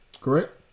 Correct